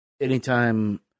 anytime